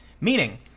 Meaning